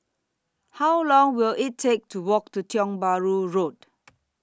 How Long Will IT Take to Walk to Tiong Bahru Road